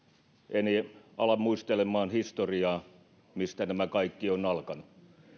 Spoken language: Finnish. en en ala muistelemaan historiaa mistä nämä kaikki ovat alkaneet